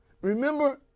Remember